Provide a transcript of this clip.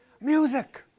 Music